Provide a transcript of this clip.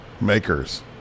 makers